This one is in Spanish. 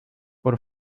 por